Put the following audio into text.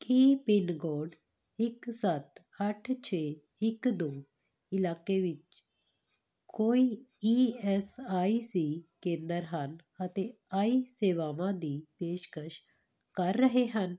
ਕੀ pincode ਇੱਕ ਸੱਤ ਅੱਠ ਛੇ ਇੱਕ ਦੋ ਇਲਾਕੇ ਵਿੱਚ ਕੋਈ ਈ ਐਸ ਆਈ ਸੀ ਕੇਂਦਰ ਹਨ ਅਤੇ ਆਈ ਸੇਵਾਵਾਂ ਦੀ ਪੇਸ਼ਕਸ਼ ਕਰ ਰਹੇ ਹਨ